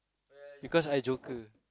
because I joker